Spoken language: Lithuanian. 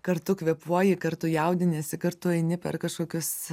kartu kvėpuoji kartu jaudiniesi kartu eini per kažkokius